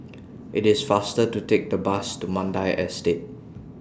IT IS faster to Take The Bus to Mandai Estate